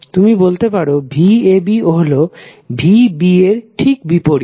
তুমি বলতে পারো vab হলো vba এর ঠিক বিপরীত